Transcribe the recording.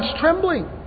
trembling